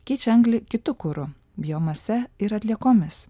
keičia anglį kitu kuru biomase ir atliekomis